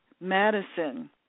Madison